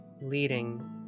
leading